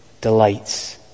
delights